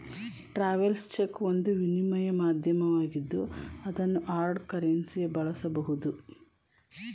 travels check ಒಂದು ವಿನಿಮಯ ಮಾಧ್ಯಮವಾಗಿದ್ದು ಅದನ್ನು ಹಾರ್ಡ್ ಕರೆನ್ಸಿಯ ಬಳಸಬಹುದು